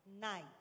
night